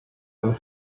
and